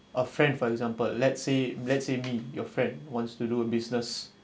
a friend for example let's say let's say me your friend wants to do a business